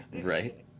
Right